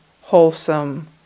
wholesome